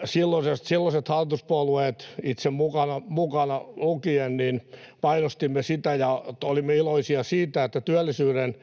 me silloiset hallituspuolueet — itseni mukaan lukien — painotimme sitä ja olimme iloisia siitä, että työllisyyden